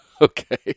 Okay